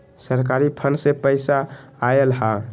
सरकारी फंड से पईसा आयल ह?